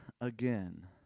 again